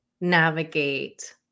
navigate